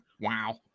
wow